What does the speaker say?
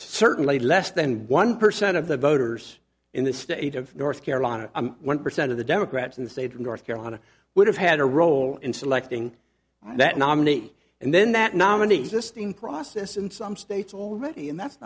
certainly less than one percent of the voters in the state of north carolina one percent of the democrats in the state of north carolina would have had a role in selecting that nominee and then that nominees this thing process in some states already and that's